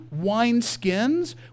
wineskins